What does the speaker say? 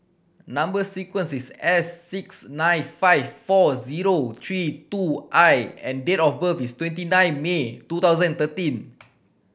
number sequence is S six nine five four zero three two I and date of birth is twenty nine May two thousand thirteen